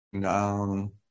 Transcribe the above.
down